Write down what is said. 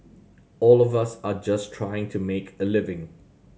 all of us are just trying to make a living